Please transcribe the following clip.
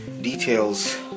details